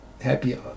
happy